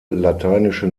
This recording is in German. lateinische